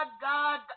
God